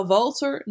Walter